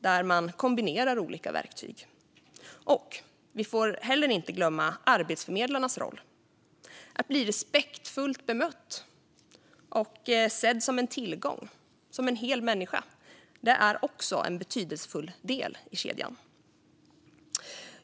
där man kombinerar olika verktyg. Vi får inte heller glömma arbetsförmedlarnas roll. Att bli respektfullt bemött och sedd som en tillgång - som en hel människa - är också en betydelsefull del i kedjan.